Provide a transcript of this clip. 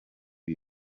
ibi